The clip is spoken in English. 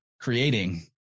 creating